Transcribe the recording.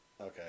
Okay